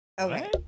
Okay